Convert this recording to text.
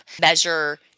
measure